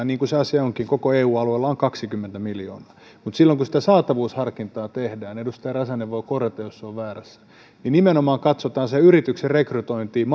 niin kuin se asia onkin koko eu alueella on kaksikymmentä miljoonaa mutta kun sitä saatavuusharkintaa tehdään edustaja räsänen voi korjata jos olen väärässä niin silloin nimenomaan katsotaan sen yrityksen rekrytointia